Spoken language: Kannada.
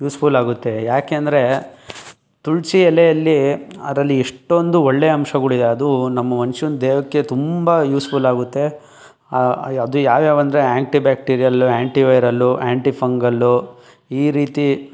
ಯೂಸ್ಫುಲ್ ಆಗುತ್ತೆ ಯಾಕೆಂದರೆ ತುಳಸಿ ಎಲೆಯಲ್ಲಿ ಅದರಲ್ಲಿ ಎಷ್ಟೊಂದು ಒಳ್ಳೆಯ ಅಂಶಗಳಿದೆ ಅದು ನಮ್ಮ ಮನ್ಷ್ಯನ ದೇಹಕ್ಕೆ ತುಂಬ ಯೂಸ್ಫುಲ್ ಆಗುತ್ತೆ ಅದು ಯಾವ್ಯಾವ ಅಂದರೆ anti bacterial anti viral anti fungal ಈ ರೀತಿ